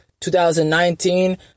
2019